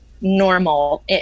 normal